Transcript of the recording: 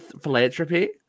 philanthropy